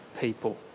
people